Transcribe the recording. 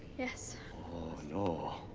yes. oh no.